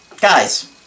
guys